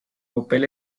papel